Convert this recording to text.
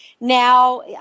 now